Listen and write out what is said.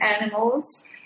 animals